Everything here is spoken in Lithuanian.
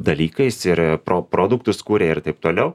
dalykais ir pro produktus kuria ir taip toliau